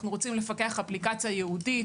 אנחנו רוצים לפתח אפליקציה ייעודית,